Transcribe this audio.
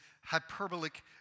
hyperbolic